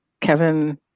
kevin